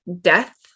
death